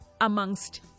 amongst